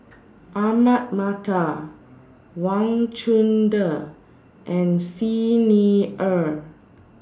Ahmad Mattar Wang Chunde and Xi Ni Er